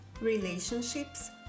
relationships